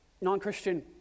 Non-Christian